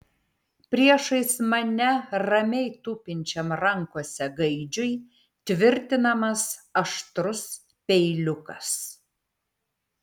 priešais mane ramiai tupinčiam rankose gaidžiui tvirtinamas aštrus peiliukas